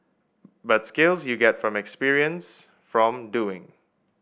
but skills you get from experience from doing